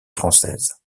française